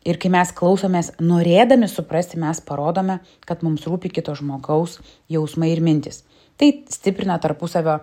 ir kai mes klausomės norėdami suprasti mes parodome kad mums rūpi kito žmogaus jausmai ir mintys tai stiprina tarpusavio